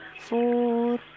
four